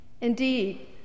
Indeed